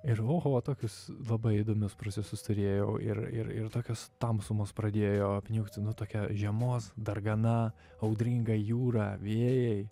ir oho tokius labai įdomius procesus turėjau ir ir ir tokios tamsumos pradėjo apniukt nu tokia žiemos dargana audringa jūra vėjai